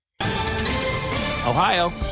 Ohio